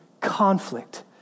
conflict